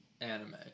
anime